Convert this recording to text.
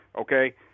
okay